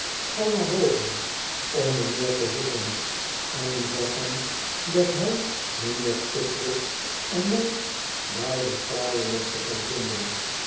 ga naar boven om mijnheer te roepen en zeg hem dat hij mijnheer pickwick en mij bij de kraaiennesten kan vinden